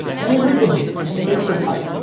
can we read the books and predict your height?